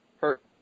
hurt